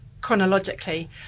chronologically